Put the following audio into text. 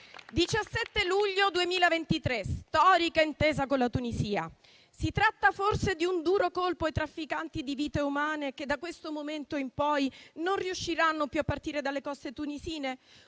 17 luglio 2023 c'è la storica intesa con la Tunisia. Si tratta forse di un duro colpo ai trafficanti di vite umane che da questo momento in poi non riusciranno più a partire dalle coste tunisine?